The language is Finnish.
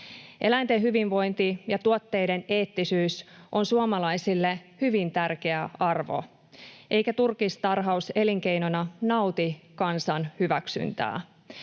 Eläinten hyvinvointi ja tuotteiden eettisyys on suomalaisille hyvin tärkeä arvo, eikä turkistarhaus elinkeinona nauti kansan hyväksyntää.